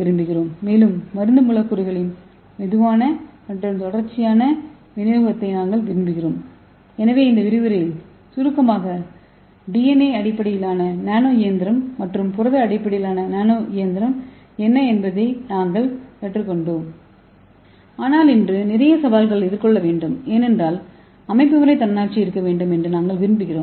விரும்புகிறோம்